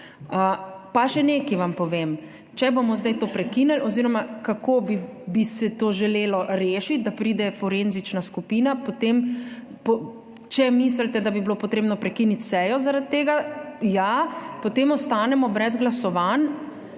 Pa še nekaj vam povem. Če bomo zdaj to prekinili oziroma kakor bi se to želelo rešiti, da pride forenzična skupina, če mislite, da bi bilo potrebno prekiniti sejo zaradi tega, ja potem ostanemo brez glasovanj